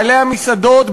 בעלי המסעדות,